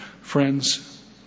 Friends